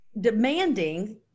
demanding